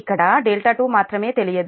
ఇక్కడδ2 మాత్రమే తెలియదు